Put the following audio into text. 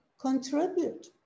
contribute